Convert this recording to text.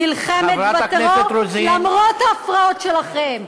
נלחמת בטרור למרות ההפרעות שלכם.